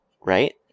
right